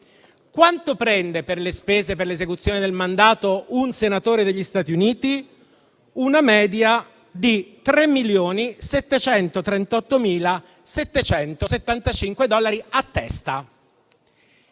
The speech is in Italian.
Quanto prende per le spese per l'esecuzione del mandato un senatore degli Stati Uniti? Una media di 3.738.775 dollari a testa.